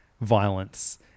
Violence